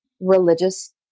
religious